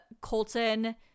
colton